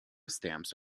stamps